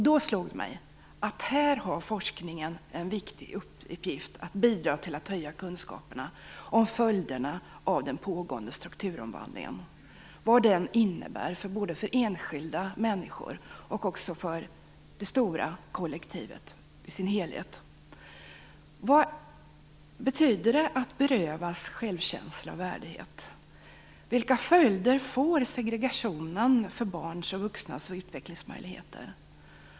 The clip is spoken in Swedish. Det slog mig att forskningen har en viktig uppgift i att bidra till att höja kunskaperna om följderna av den pågående strukturomvandlingen och vad den innebär för såväl enskilda människor som för det stora kollektivet i sin helhet. Vad betyder det att berövas självkänsla och värdighet? Vilka följder får segregationen för barns och vuxnas utvecklingsmöjligheter?